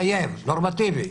מחייב, נורמטיבי,